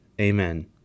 Amen